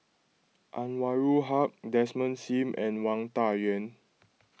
Anwarul Haque Desmond Sim and Wang Dayuan